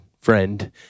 friend